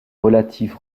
relatif